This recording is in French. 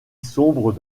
sombre